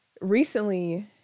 Recently